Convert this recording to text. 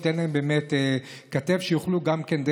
זה ייתן להם כתף כדי שיוכלו להעביר גם דרך